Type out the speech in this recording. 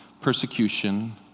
persecution